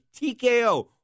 TKO